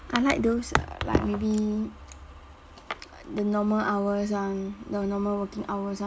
I like those like maybe the normal hours one the normal working hours one